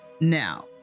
Now